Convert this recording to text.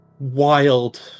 Wild